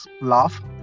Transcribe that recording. laugh